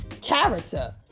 character